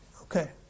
Okay